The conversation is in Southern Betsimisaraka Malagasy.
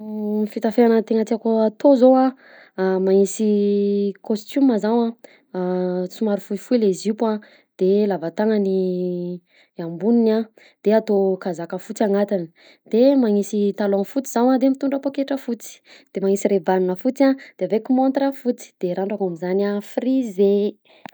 Fitafiana tena tiàko atao zao a magnisy costume zaho a, somary fohifohy le zipo a de lava tagnany ny amboniny de atao kazaka fotsy anatiny de magnisy talon fotsy zaho a de mitondra poketra fotsy de magnisy rayban fotsy a de avec montre fotsy de randrako amizany a frize.